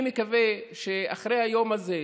אני מקווה שאחרי היום הזה,